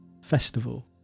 festival